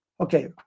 okay